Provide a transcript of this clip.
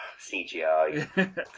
CGI